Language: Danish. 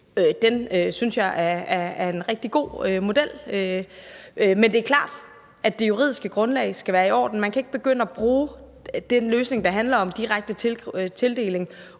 synes jeg er en rigtig god model. Men det er klart, at det juridiske grundlag skal være i orden. Man kan ikke begynde at bruge den løsning, der handler om direkte tildeling,